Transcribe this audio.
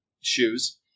shoes